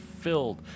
filled